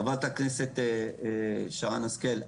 חברת הכנסת שרן השכל,